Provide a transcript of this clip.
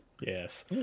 yes